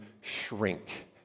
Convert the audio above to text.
shrink